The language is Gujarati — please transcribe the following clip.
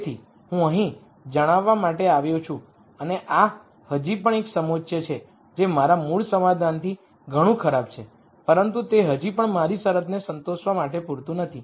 તેથી હું અહીં જણાવવા માટે આવ્યો છું અને આ હજી પણ એક સમોચ્ચ છે જે મારા મૂળ સોલ્યુશનથી ઘણું ખરાબ છે પરંતુ તે હજી પણ મારી શરતને સંતોષવા માટે પૂરતું નથી